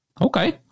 Okay